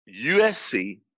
USC